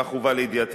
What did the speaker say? כך הובא לידיעתי,